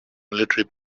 military